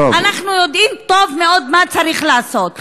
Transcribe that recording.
אנחנו יודעים טוב מאוד מה צריך לעשות.